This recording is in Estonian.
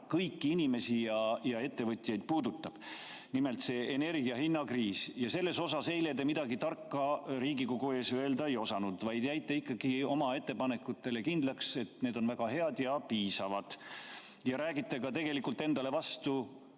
kõiki inimesi ja ettevõtjaid puudutab: nimelt see energia hinna kriis. Selles osas eile te midagi tarka Riigikogu ees öelda ei osanud, vaid jäite ikkagi oma ettepanekutele kindlaks – need on väga head ja piisavad. Ja täna siin infotunnis te räägite tegelikult endale vastu.